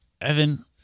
Evan